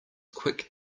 quick